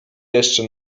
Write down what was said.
jeszcze